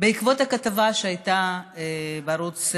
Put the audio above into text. בעקבות הכתבה שהייתה בערוץ,